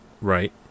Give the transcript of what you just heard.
Right